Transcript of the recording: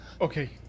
Okay